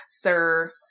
Sir